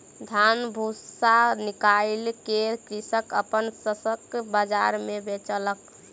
धान सॅ भूस्सा निकाइल के कृषक अपन शस्य बाजार मे बेचलक